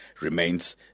remains